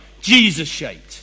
Jesus-shaped